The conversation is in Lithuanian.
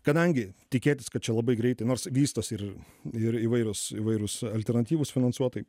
kadangi tikėtis kad čia labai greitai nors vystosi ir ir įvairios įvairūs alternatyvūs finansuotojai